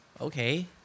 Okay